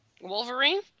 wolverine